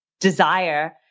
desire